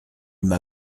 m’a